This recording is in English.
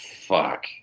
Fuck